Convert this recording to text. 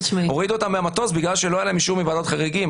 הורידו אותם מהמטוס בגלל שלא היה להם אישור מוועדת חריגים.